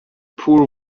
poor